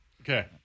Okay